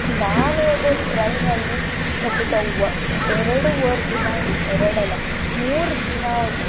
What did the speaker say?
ನಾನು ಹೋದ ಟ್ರೈನಲ್ಲಿ ಸತತ ಎರಡುವರೆ ದಿನ ಎರಡಲ್ಲ ಮೂರುದಿನ